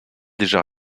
déjà